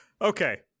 Okay